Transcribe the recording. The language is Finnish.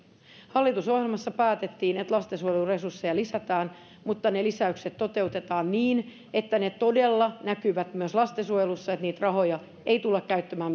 hallitusohjelmassa päätettiin että lastensuojeluresursseja lisätään mutta ne lisäykset toteutetaan niin että ne todella näkyvät myös lastensuojelussa niitä rahoja ei tulla käyttämään